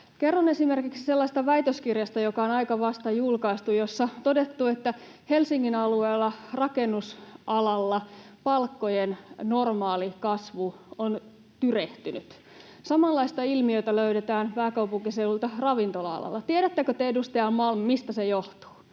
Kerron esimerkiksi sellaisesta väitöskirjasta, joka on aika vasta julkaistu, jossa on todettu, että Helsingin alueella rakennusalalla palkkojen normaali kasvu on tyrehtynyt. Samanlaista ilmiötä löydetään pääkaupunkiseudulta ravintola-alalla. Tiedättekö te, edustaja Malm, mistä se johtuu?